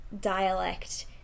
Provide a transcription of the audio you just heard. dialect